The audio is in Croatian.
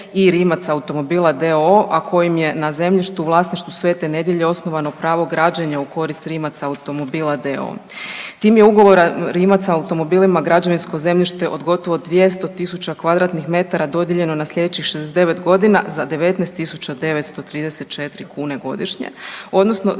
Rimac automobila d.o.o., a kojim je na zemljištu u vlasništvu Svete Nedelje osnovano pravo građenja u korist Rimac automobila d.o.o. Tim je ugovora Rimac automobilima građevinsko zemljište od gotovo 200 tisuća kvadratnih metara dodijeljeno na sljedećih 69 godina za 19 934 kune godišnje, odnosno za